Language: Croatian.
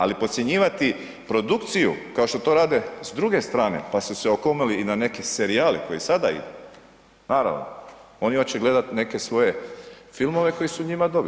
Ali podcjenjivati produkciju kao što to rade s druge strane pa su se okomili i na neke serijale koji sada, naravno oni hoće gledati neke svoje filmove koji su njima dobri.